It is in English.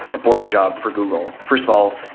a borg job for google first of all,